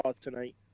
tonight